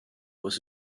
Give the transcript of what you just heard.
was